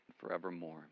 forevermore